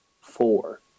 four